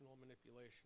manipulation